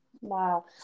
wow